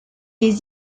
des